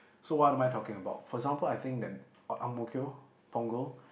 so what am I talking about for example I think that uh Ang-Mo-Kio Punggol